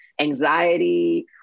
anxiety